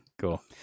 Cool